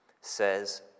says